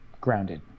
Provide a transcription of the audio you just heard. grounded